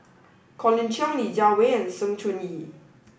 Colin Cheong Li Jiawei and Sng Choon Yee